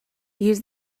use